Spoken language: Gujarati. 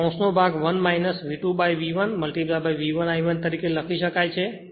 આ કૌંસ નો ભાગ 1 V2V1 V1 I1 લખી શકાય છે